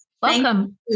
Welcome